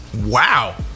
Wow